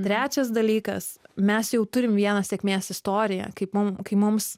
trečias dalykas mes jau turim vieną sėkmės istoriją kaip mum kai mums